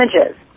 images